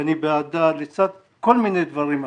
שאני בעדה, לצד כל מיני דברים אחרים.